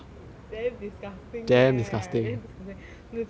damn disgusting eh damn disgusting they print you like